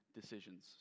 decisions